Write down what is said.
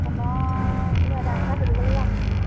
সোণৰ কিবা দাম এটা সুধিবলৈ যাম বুলিছিলোঁ